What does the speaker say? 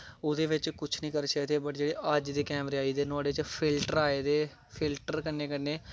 ओह्दे च कुछ नेईं करी सकदे हे पर जेह्ड़े अज्ज दे कैमरे आई दे नोहाड़े च फिल्टर आए दे फिल्टर दे कन्नै कन्नै